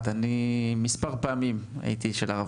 מספר פעמים הייתי אצל הרב